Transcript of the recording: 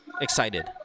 excited